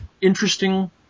interesting